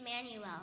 Emmanuel